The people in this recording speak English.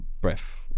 breath